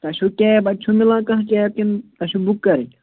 تۄہہِ چھَو کیب اَتہِ چھَو میلان کانٛہہ کیب کِنہٕ تۄہہِ چھُو بُک کَرٕنۍ